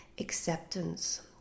Acceptance